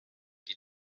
die